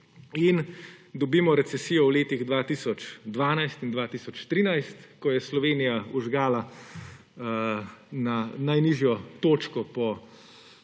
in dobimo recesijo v letih 2012 in 2013, ko jo je Slovenija vžgala na najnižjo točko po